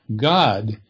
God